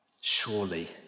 Surely